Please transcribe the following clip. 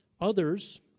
others